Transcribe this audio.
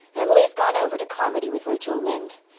emily's gone over to carmody with rachel lynde.